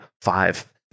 five